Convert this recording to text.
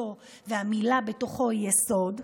שכותרתו והמילה בתוכו היא "יסוד"